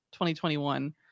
2021